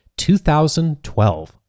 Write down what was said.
2012